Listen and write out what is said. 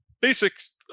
basics